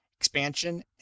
expansion